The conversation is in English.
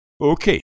Okay